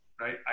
right